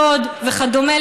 דוד וכדומה.